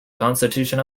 constitution